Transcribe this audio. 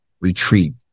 retreat